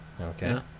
Okay